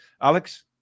Alex